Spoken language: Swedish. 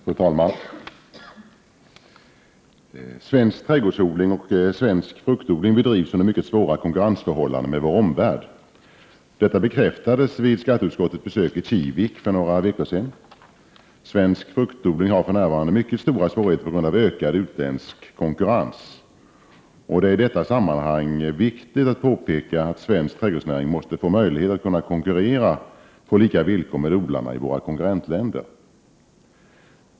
Fru talman! Svensk trädgårdsodling och svensk fruktodling bedrivs under mycket svåra konkurrensförhållanden med vår omvärld. Detta bekräftades vid skatteutskottets besök i Kivik för några veckor sedan. Svensk fruktodling har för närvarande mycket stora svårigheter på grund av. ökad utländsk konkurrens. Det är i detta sammanhang viktigt att påpeka att svensk trädgårdsnäring måste få möjlighet att kunna konkurrera på lika villkor med odlarna i våra konkurrentländer.